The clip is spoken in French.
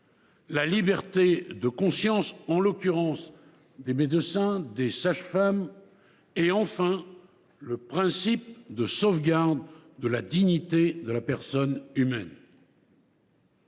la liberté de conscience – en l’occurrence, des médecins et des sages femmes –, le principe de sauvegarde de la dignité de la personne humaine.